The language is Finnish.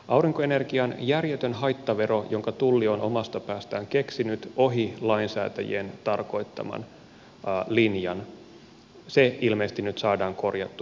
aurinkoenergian järjetön haittavero jonka tulli on omasta päästään keksinyt ohi lainsäätäjien tarkoittaman linjan ilmeisesti nyt saadaan korjattua